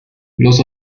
los